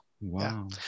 wow